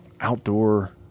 Outdoor